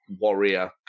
warrior